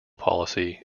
policy